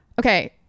Okay